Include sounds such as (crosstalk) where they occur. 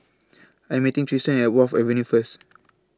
I Am meeting Triston At Wharf Avenue First (noise)